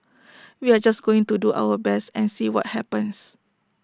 we are just going to do our best and see what happens